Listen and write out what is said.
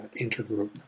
intergroup